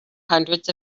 hundreds